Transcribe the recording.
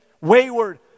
wayward